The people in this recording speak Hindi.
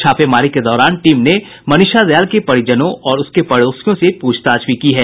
छापेमारी के दौरान टीम ने मनीषा दयाल के परिजनों और उसके पड़ोसियों से पूछताछ भी की है